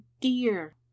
dear